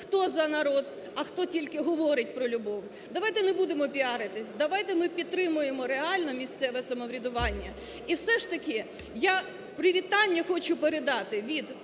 хто за народ, а хто тільки говорить про любов. Давайте не будемо піаритись, давайте ми підтримаємо реально місцеве самоврядування. І все ж таки, я привітання хочу передати від